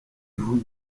vous